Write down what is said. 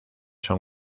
son